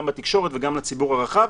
גם בתקשורת וגם לציבור הרחב,